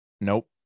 Nope